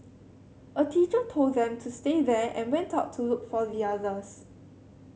a teacher told them to stay there and went out to look for the others